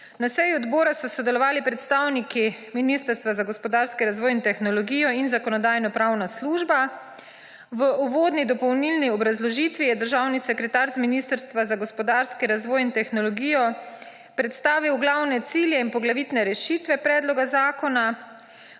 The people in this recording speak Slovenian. Na seji odbora so sodelovali predstavniki Ministrstva za gospodarski razvoj in tehnologijo in Zakonodajno-pravna služba. V uvodni dopolnilni obrazložitvi je državni sekretar z Ministrstva za gospodarski razvoj in tehnologijo predstavil glavne cilje in poglavitne rešitve predloga zakona,